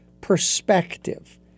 perspective